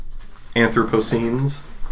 Anthropocene's